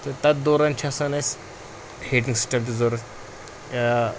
تہٕ تَتھ دوران چھِ آسان اَسہِ ہیٖٹِنٛگ سسٹَم تہِ ضوٚرَتھ یا